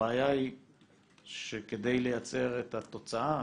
הבעיה היא שכדי לייצר את התוצאה,